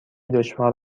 دشوار